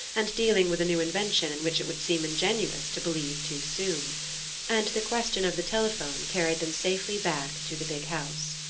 and dealing with a new invention in which it would seem ingenuous to believe too soon and the question of the telephone carried them safely back to the big house.